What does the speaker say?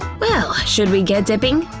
well, should we get dipping?